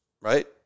right